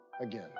again